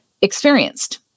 experienced